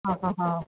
आहा